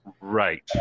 right